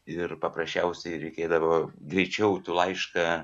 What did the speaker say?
ir paprasčiausiai reikėdavo greičiau tu laišką